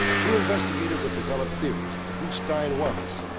two investigators have developed theories as to who stein was,